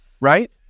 Right